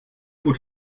gut